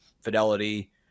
fidelity